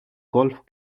golf